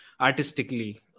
artistically